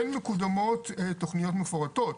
כן מקודמות תוכניות מפורטות,